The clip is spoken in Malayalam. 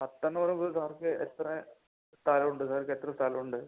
പത്ത് എണ്ണൂറ് വീട് അവർക്ക് എത്ര സ്ഥലം ഉണ്ട് സാർ നിങ്ങൾ എത്ര സ്ഥലം ഉണ്ട്